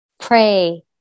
pray